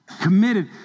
Committed